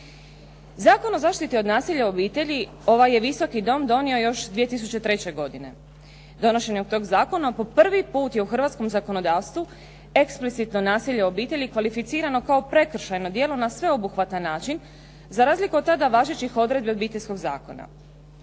Zakon o zaštiti od nasilja u obitelji ovaj je Visoki dom donio još 2003. godine. Donošenjem tog zakona po prvi put je u hrvatskom zakonodavstvu eksplicitno nasilje u obitelji kvalificirano kao prekršajno djelo na sveobuhvatan način, za razliku od tada važećih odredbi obiteljskog zakona.